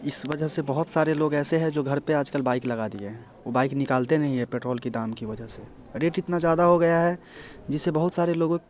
इस वजह से बहुत सारे लोग ऐसे हैं जो घर पर आज कल बाइक लगा दिए हैं वो बाइक निकालते नहीं है पेट्रोल के दाम की वजह से रेट इतना ज़्यादा हो गया है जिससे बहुत सारे लोगों